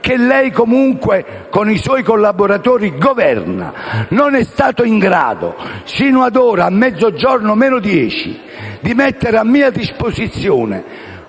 che lei con i suoi collaboratori governa, non sono stati in grado sino ad ora, a mezzogiorno meno dieci, di mettere a mia disposizione